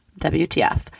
wtf